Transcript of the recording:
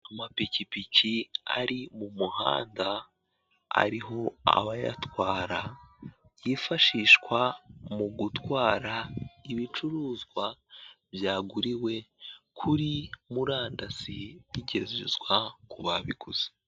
Amapikipiki ari mu muhanda, ariho abayatwara yifashishwa mu gutwara ibicuruzwa byaguriwe kuri murandasi bigezwa ku babiguze.